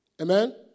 Amen